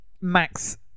Max